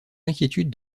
l’inquiétude